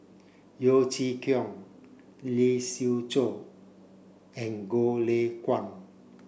Yeo Chee Kiong Lee Siew Choh and Goh Lay Kuan